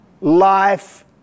life